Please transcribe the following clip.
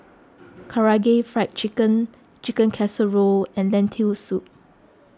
Karaage Fried Chicken Chicken Casserole and Lentil Soup